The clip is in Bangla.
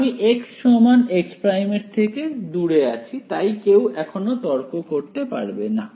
আমি x x′ এর থেকে দূরে আছি তাই কেউ এখনো তর্ক করতে পারবেনা